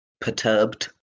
perturbed